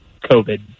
COVID